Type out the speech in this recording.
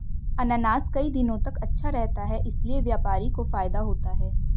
अनानास कई दिनों तक अच्छा रहता है इसीलिए व्यापारी को फायदा होता है